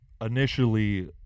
initially